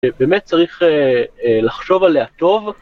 ובאמת צריך אה.. אה.. לחשוב עליה טוב.